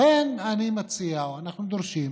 לכן אני מציע, אנחנו דורשים